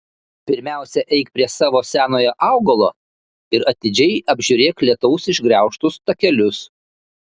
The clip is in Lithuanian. pirmiausia eik prie savo senojo augalo ir atidžiai apžiūrėk lietaus išgraužtus takelius